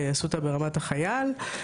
באסותא רמת החייל,